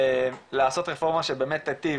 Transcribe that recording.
לעשות רפורמה שבאמת תיטיב.